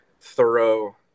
thorough